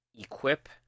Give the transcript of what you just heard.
equip